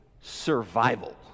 survival